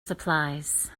supplies